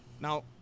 Now